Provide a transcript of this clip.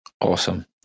Awesome